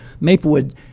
Maplewood